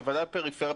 ודאי בפריפריה,